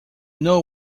know